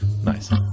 nice